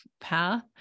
path